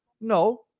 No